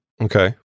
Okay